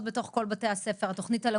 כל התוכנית ביחד.